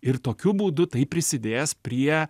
ir tokiu būdu tai prisidės prie